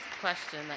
question